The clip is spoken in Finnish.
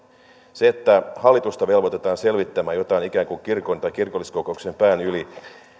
se että hallitusta velvoitetaan selvittämään jotain ikään kuin kirkon tai kirkolliskokouksen pään yli